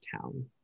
town